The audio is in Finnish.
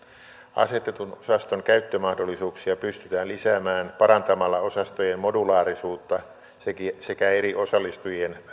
asetetun osaston käyttömahdollisuuksia pystytään lisäämään parantamalla osastojen modulaarisuutta sekä sekä eri osallistujien